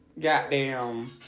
goddamn